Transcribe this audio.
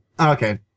okay